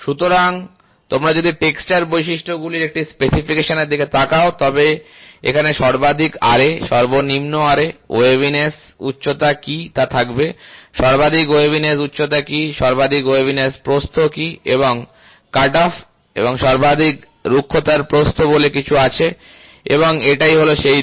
সুতরাং তোমরা যদি টেক্সচার বৈশিষ্ট্যগুলির একটি স্পেসিফিকেশন এর দিকে তাকাও তবে এটি এখানে সর্বাধিক Ra সর্বনিম্ন Ra ওয়েভিনেস উচ্চতা কি তা থাকবে সর্বাধিক ওয়েভিনেস উচ্চতা কি সর্বাধিক ওয়েভিনেস প্রস্থ কি এবং কাট অফ এবং সর্বাধিক রুক্ষতার প্রস্থ বলে কিছু আছে এবং এটাই হলো সেই দিক